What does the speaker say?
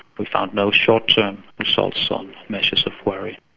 we found no short term results on measures of worry.